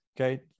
okay